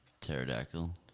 pterodactyl